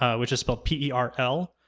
ah which is spelled p e r l,